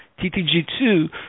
TTG2